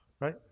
Right